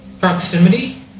Proximity